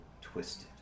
twisted